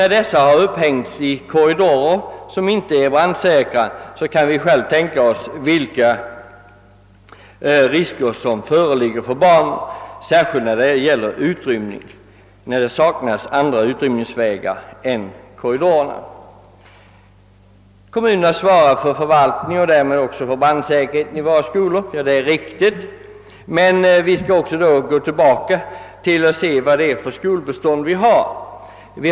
När sådana kläder är upphängda i korridorer, som inte heller är brandsäkra, så kan vi lätt tänka oss vilka risker som föreligger för barnen, särskilt vid en nödvändig utrymning av skollokalerna där det saknas andra utrymningsvägar än korridorerna. Kommunerna svarar för förvaltningen och därmed också för brandsäkerheten i skolorna; det är riktigt. Men vi bör i detta sammanhang göra en liten återblick på det skolbestånd som finns.